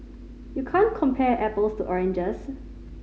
you can't compare apples to oranges